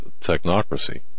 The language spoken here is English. technocracy